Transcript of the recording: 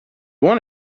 want